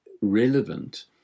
relevant